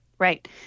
Right